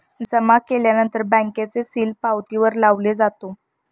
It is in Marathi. जमा केल्यानंतर बँकेचे सील पावतीवर लावले जातो